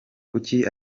kuki